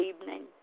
evening